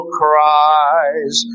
cries